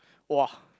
!wah!